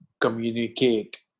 communicate